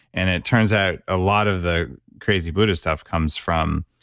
and it turns out a lot of the crazy buddhist stuff comes from